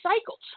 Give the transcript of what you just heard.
cycles